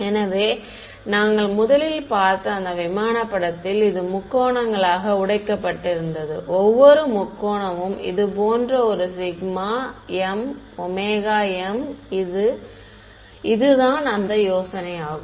எனவே நாங்கள் முதலில் பார்த்த அந்த விமான படத்தில் இது முக்கோணங்களாக உடைக்கப்பட்டிருந்தது ஒவ்வொரு முக்கோணமும் இது போன்ற ஒரு சிக்மா m ஒமேகா m இது தான் அந்த யோசனை ஆகும்